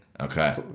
Okay